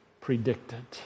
predicted